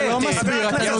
חבר הכנסת